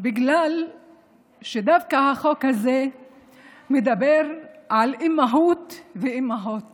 בגלל שהחוק הזה מדבר על אימהוּת ואימהוֹת